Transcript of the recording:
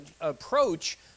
approach